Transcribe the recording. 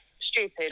stupid